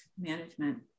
Management